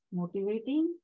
motivating